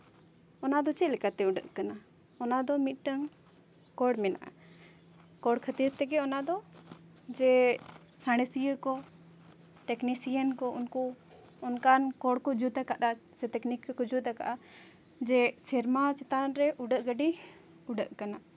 ᱚᱱᱟ ᱫᱚ ᱪᱮᱫ ᱞᱮᱠᱟᱛᱮ ᱩᱰᱟᱹᱜ ᱠᱟᱱᱟ ᱚᱱᱟ ᱫᱚ ᱢᱤᱫᱴᱟᱝ ᱠᱚᱬ ᱢᱮᱱᱟᱜᱼᱟ ᱠᱚᱬ ᱠᱷᱟᱹᱛᱤᱨ ᱛᱮᱜᱮ ᱚᱱᱟ ᱫᱚ ᱡᱮ ᱥᱟᱬᱮᱥᱤᱭᱟᱹ ᱠᱚ ᱴᱮᱠᱱᱤᱥᱤᱭᱟᱱ ᱠᱚ ᱩᱱᱠᱩ ᱚᱱᱠᱟᱱ ᱠᱚᱬ ᱠᱚ ᱡᱩᱛ ᱟᱠᱟᱫᱟ ᱥᱮ ᱛᱟᱠᱤᱱᱤᱠ ᱛᱮᱠᱚ ᱡᱩᱛ ᱟᱠᱟᱫᱼᱟ ᱡᱮ ᱥᱮᱨᱢᱟ ᱪᱮᱛᱟᱱ ᱨᱮ ᱩᱰᱹᱜ ᱜᱟᱹᱰᱤ ᱩᱰᱟᱹᱜ ᱠᱟᱱᱟ